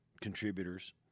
contributors